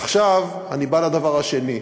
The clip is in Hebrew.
עכשיו אני בא לדבר השני.